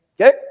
Okay